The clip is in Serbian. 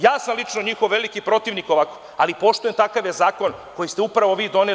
Ja sam lično njihov veliki protivnik ovako, ali poštujem, takav je zakon koji ste upravo vi doneli.